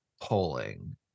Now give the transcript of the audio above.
polling